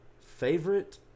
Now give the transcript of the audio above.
Favorite